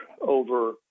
over